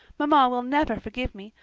mamma will never forgive me,